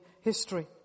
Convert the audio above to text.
history